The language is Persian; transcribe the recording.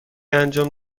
انجام